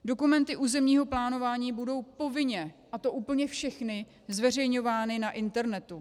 Dokumenty územního plánování budou povinně, a to úplně všechny, zveřejňovány na internetu.